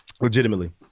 Legitimately